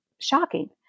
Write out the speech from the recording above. Shocking